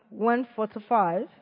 145